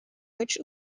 which